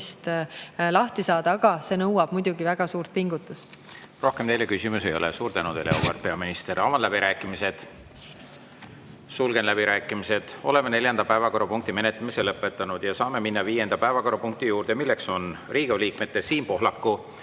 lahti saada, aga see nõuab muidugi väga suurt pingutust. Rohkem teile küsimusi ei ole. Suur tänu teile, auväärt peaminister! Avan läbirääkimised. Sulgen läbirääkimised. Oleme neljanda päevakorrapunkti menetlemise lõpetanud. Saame minna viienda päevakorrapunkti juurde, milleks on Riigikogu liikmete Siim Pohlaku,